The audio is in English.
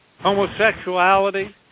Homosexuality